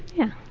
yeah.